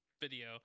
video